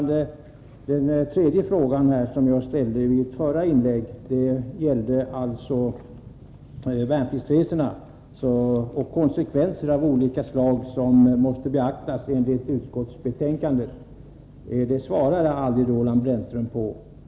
Den tredje fråga som jag ställde i mitt förra inlägg — det gällde alltså värnpliktsresorna och de konsekvenser av olika slag som enligt utskottets mening måste beaktas — svarade aldrig Roland Brännström på.